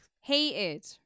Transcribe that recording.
hated